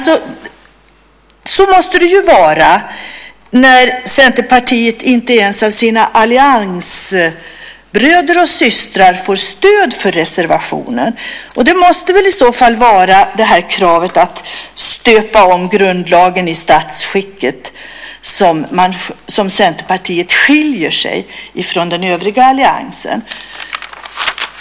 Så måste det ju vara när Centerpartiet inte ens av sina alliansbröder och systrar får stöd för reservationen. Det måste väl i så fall vara det här kravet på att "stöpa om" grundlagen och statsskicket som gör att Centerpartiet skiljer sig från den övriga alliansen.